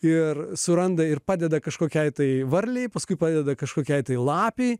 ir suranda ir padeda kažkokiai tai varlei paskui padeda kažkokiai tai lapei